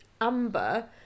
Amber